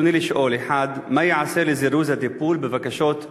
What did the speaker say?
רצוני לשאול: 1. מה ייעשה לזירוז הטיפול בבקשות הערר?